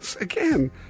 Again